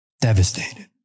Devastated